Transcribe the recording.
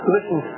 Listen